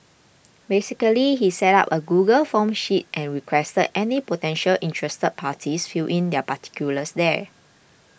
basically he set up a Google Forms sheet and requested any potentially interested parties fill in their particulars there